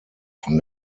von